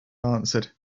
answered